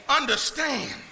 understand